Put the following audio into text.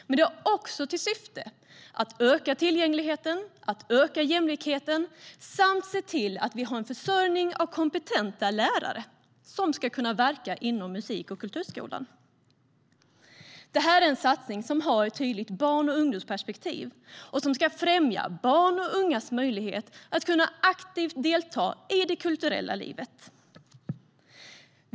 Men de har också till syfte att öka tillgängligheten, öka jämlikheten samt se till att vi har en försörjning av kompetenta lärare som ska kunna verka inom musik och kulturskolan. Detta är en satsning som har ett tydligt barn och ungdomsperspektiv och som ska främja barns och ungas möjlighet att aktiva delta i det kulturella livet.